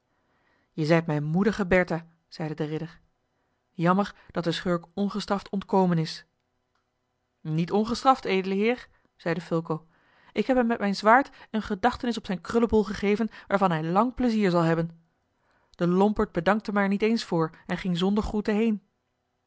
je zijt mijne moedige bertha zeide de ridder jammer dat de schurk ongestraft ontkomen is niet ongestraft edele heer zeide fulco ik heb hem met mijn zwaard eene gedachtenis op zijn krullebol gegeven waarvan hij lang pleizier zal hebben de lomperd bedankte mij er niet eens voor en ging zonder groeten heen